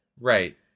Right